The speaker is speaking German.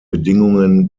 bedingungen